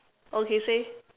okay say